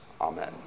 Amen